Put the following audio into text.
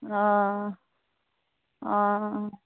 অ অ